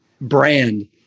brand